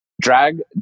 drag